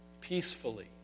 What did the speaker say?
peacefully